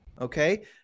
okay